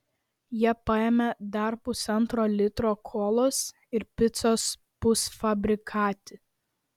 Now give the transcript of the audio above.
jie paėmė dar pusantro litro kolos ir picos pusfabrikatį